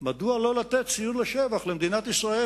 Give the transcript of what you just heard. מדוע לא לתת ציון לשבח למדינת ישראל,